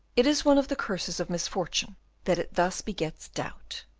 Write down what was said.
it is one of the curses of misfortune that it thus begets doubt.